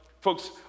folks